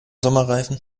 sommerreifen